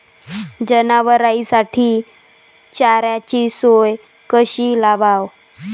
जनावराइसाठी चाऱ्याची सोय कशी लावाव?